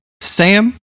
Sam